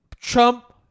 Trump